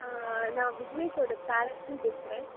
நான் விக்னேஷோட பேரண்ட் பேசுகிறேன்